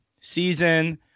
season